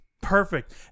perfect